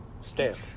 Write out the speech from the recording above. stand